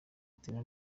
utera